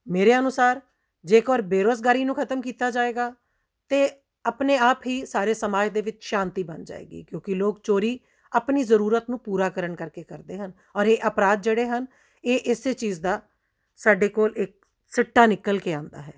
ਮੇਰੇ ਅਨੁਸਾਰ ਜੇਕਰ ਬੇਰੁਜ਼ਗਾਰੀ ਨੂੰ ਖਤਮ ਕੀਤਾ ਜਾਏਗਾ ਅਤੇ ਆਪਣੇ ਆਪ ਹੀ ਸਾਰੇ ਸਮਾਜ ਦੇ ਵਿੱਚ ਸ਼ਾਂਤੀ ਬਣ ਜਾਵੇਗੀ ਕਿਉਂਕਿ ਲੋਕ ਚੋਰੀ ਆਪਣੀ ਜ਼ਰੂਰਤ ਨੂੰ ਪੂਰਾ ਕਰਨ ਕਰਕੇ ਕਰਦੇ ਹਨ ਔਰ ਇਹ ਅਪਰਾਧ ਜਿਹੜੇ ਹਨ ਇਹ ਇਸ ਚੀਜ਼ ਦਾ ਸਾਡੇ ਕੋਲ ਇੱਕ ਸਿੱਟਾ ਨਿਕਲ ਕੇ ਆਉਂਦਾ ਹੈ